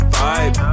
vibe